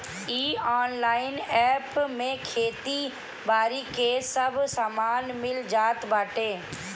इ online app पे खेती बारी के सब सामान मिल जात बाटे